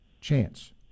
chance